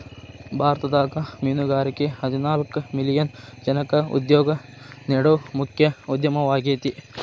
ಭಾರತದಾಗ ಮೇನುಗಾರಿಕೆ ಹದಿನಾಲ್ಕ್ ಮಿಲಿಯನ್ ಜನಕ್ಕ ಉದ್ಯೋಗ ನೇಡೋ ಮುಖ್ಯ ಉದ್ಯಮವಾಗೇತಿ